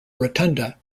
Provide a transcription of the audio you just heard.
rotunda